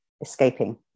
escaping